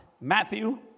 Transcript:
Matthew